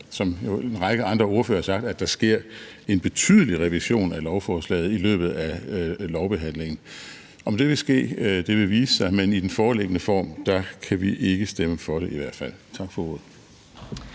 som en række ordførere har sagt – der sker en betydelig revision af lovforslaget i løbet af lovbehandlingen. Om det vil ske, vil vise sig, men i den foreliggende form kan vi i hvert fald ikke stemme for det. Tak for ordet.